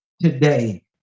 today